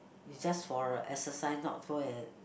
is just for a exercise not go and